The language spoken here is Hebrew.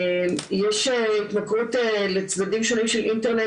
יש התמכרות לצדדים שונים של אינטרנט,